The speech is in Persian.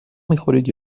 میخورید